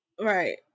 Right